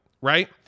Right